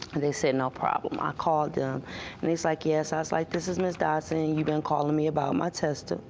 and they said, no problem. i called them and they were like, yes. i was like, this is miss dodson, and you've been calling me about my test.